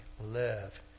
live